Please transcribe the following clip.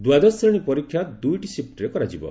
ଦ୍ୱାଦଶ ଶ୍ରେଣୀ ପରୀକ୍ଷା ଦୁଇଟି ଶିଫ୍ଟରେ କରାଯିବ